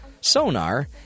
sonar